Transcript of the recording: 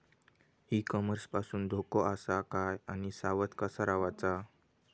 E commerce पासून धोको आसा काय आणि सावध कसा रवाचा?